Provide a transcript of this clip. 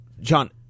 John